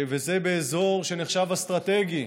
וזה אזור שנחשב אסטרטגי,